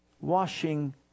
washing